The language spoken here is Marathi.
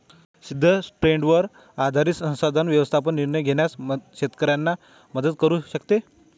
सिद्ध ट्रेंडवर आधारित संसाधन व्यवस्थापन निर्णय घेण्यास शेतकऱ्यांना मदत करू शकते